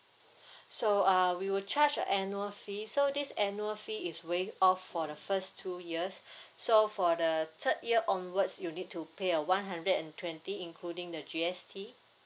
so uh we will charge a annual fee so this annual fee is waived off for the first two years so for the third year onwards you need to pay a one hundred and twenty including the G_S_T